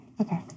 Okay